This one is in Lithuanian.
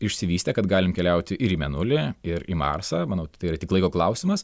išsivystę kad galim keliauti ir į mėnulį ir į marsą manau tai yra tik laiko klausimas